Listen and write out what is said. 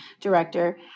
director